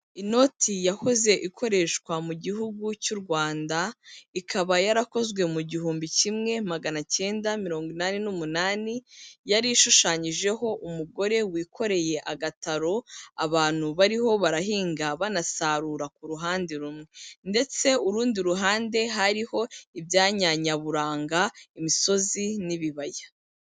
Inoti yahoze ikoreshwa mu Gihugu cy'u Rwanda, ikaba yarakozwe mu gihumbi kimwe magana cyenda mirongo inani n'umunani, yari ishushanyijeho umugore wikoreye agataro, abantu bariho barahinga banasarura ku ruhande rumwe, ndetse urundi ruhande hariho ibyanya nyaburanga, imisozi n'ibibaya.